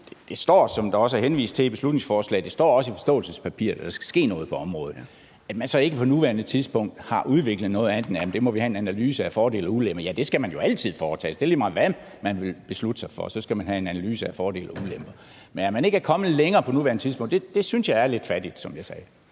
står der også i forståelsespapiret, at der skal ske noget på området – og på nuværende tidspunkt har udviklet noget, andet end at snakke om en analyse af fordele og ulemper. Ja, det skal man jo altid foretage sig. Lige meget hvad man vil beslutte sig for, skal man have en analyse af fordele og ulemper. Men at man ikke er kommet længere på nuværende tidspunkt, synes jeg er lidt fattigt, som jeg sagde.